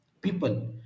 people